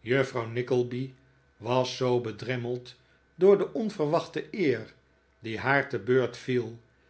juffrouw nickleby was zoo bedremmeld door de onverwachte eer die haar te beurt viel